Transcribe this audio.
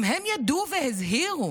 אם הם ידעו והזהירו,